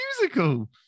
musical